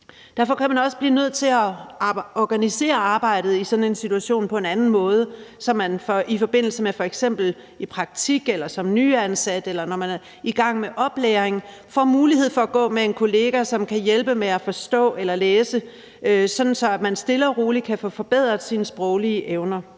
Derfor kan man også blive nødt til at organisere arbejdet på en anden måde i sådan en situation, så man i forbindelse med f.eks. praktik, som nyansat, eller når man er i gang med oplæring, får mulighed for at gå med en kollega, som kan hjælpe med at forstå eller læse, sådan at man stille og roligt kan få forbedret sine sproglige evner.